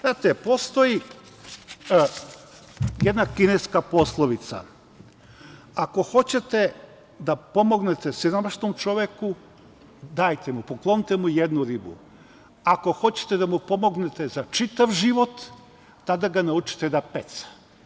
Znate, postoji jedna kineska poslovica - ako hoćete da pomognete siromašnom čoveku dajte mu, poklonite mu jednu ribu, ako hoćete da mu pomognete za čitav život tada ga naučite da peca.